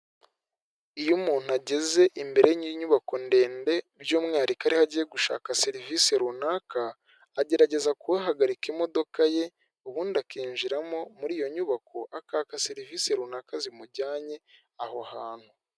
Iyo umuntu ageze imbere y'inyubako ndende by'umwihariko ariho agiye gushaka serivise runaka agerageza kuhahagarika imodoka ye, ubundi akinjiramo muri iyo nyubako akaka serivise runaka zimujyanye aho hantu.